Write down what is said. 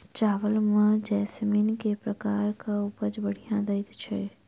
चावल म जैसमिन केँ प्रकार कऽ उपज बढ़िया दैय छै?